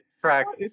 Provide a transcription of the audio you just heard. tracks